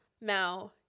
Now